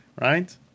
right